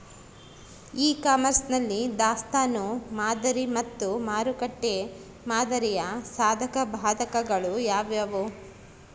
E commerce ನಲ್ಲಿ ದಾಸ್ತನು ಮಾದರಿ ಮತ್ತು ಮಾರುಕಟ್ಟೆ ಮಾದರಿಯ ಸಾಧಕಬಾಧಕಗಳು ಯಾವುವು?